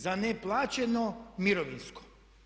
Za neplaćeno mirovinsko.